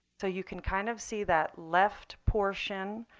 so you can kind of see that left portion.